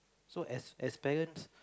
so as as parents